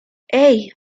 hey